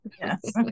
Yes